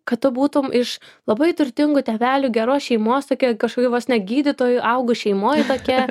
kad tu būtum iš labai turtingų tėvelių geros šeimos tokia kažkokia vos ne gydytojų augus šeimoj tokia